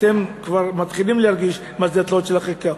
אתם כבר מתחילים להרגיש מה זה התלאות של החקיקה.